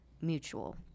mutual